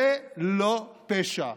זה לא פשע,